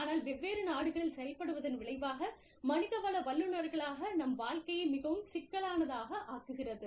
ஆனால் வெவ்வேறு நாடுகளில் செயல்படுவதன் விளைவாக மனிதவள வல்லுநர்களாக நம் வாழ்க்கையை மிகவும் சிக்கலானதாக ஆக்குகிறது